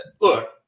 Look